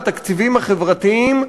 בתקציבים החברתיים,